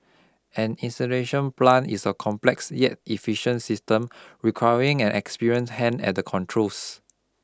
an incineration plant is a complex yet efficient system requiring an experienced hand at the controls